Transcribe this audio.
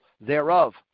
thereof